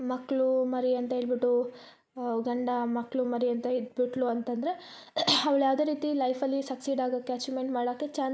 ಮಕ್ಕಳು ಮರಿ ಅಂತೇಳ್ಬಿಟ್ಟು ಗಂಡ ಮಕ್ಕಳು ಮರಿ ಅಂತ ಇದ್ಬಿಟ್ಲು ಅಂತಂದರೆ ಅವ್ಳ ಯಾವುದೇ ರೀತಿ ಲೈಫಲ್ಲಿ ಸಕ್ಸೀಡ್ ಆಗಾಕೆ ಅಚೀವ್ಮೆಂಟ್ ಮಾಡಾಕೆ ಚಾನ್ಸೆಯಿಲ್ಲ